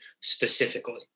specifically